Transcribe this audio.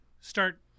start –